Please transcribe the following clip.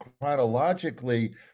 chronologically